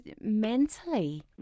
mentally